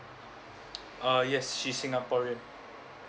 uh yes she's singaporean